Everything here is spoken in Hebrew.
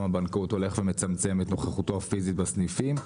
הבנקאות הולך ומצמצם את נוכחותו הפיזי בסניפים,